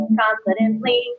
confidently